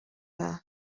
dda